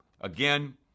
again